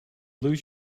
lose